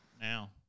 now